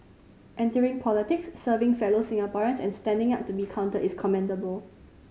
entering politics serving fellow Singaporeans and standing up to be counted is commendable